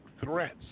threats